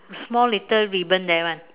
small little ribbon there [one]